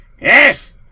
Yes